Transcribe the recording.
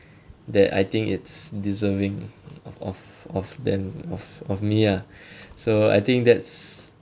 that I think it's deserving of of of them of of me ah so I think that's